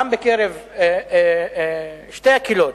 בשתי הקהילות,